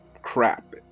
crap